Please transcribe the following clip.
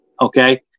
Okay